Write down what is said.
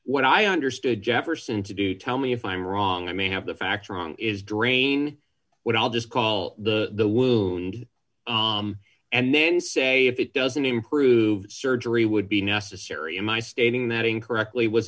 what i understood jefferson to do tell me if i'm wrong i may have the facts wrong is drain what i'll just call the end and then say if it doesn't improve surgery would be necessary in my stating that incorrectly was